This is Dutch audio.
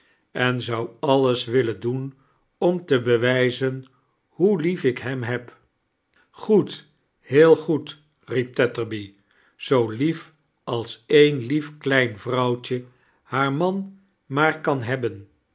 en zou alles willein doen om te bewijzen hoe lief ik hem heb goed heel goed riep tetterby zoo lief als een lief klein vrouwtje haar man maar kan hebben